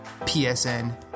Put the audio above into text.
PSN